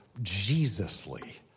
Jesusly